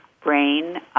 brain